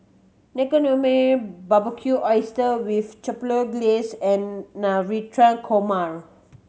Naengmyeon Barbecued Oyster with Chipotle Glaze and Navratan Korma